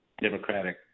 democratic